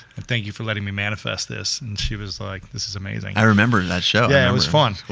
and thank you for letting me manifest this, and she was like this is amazing. i remember that show. yeah, it was fun.